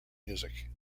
music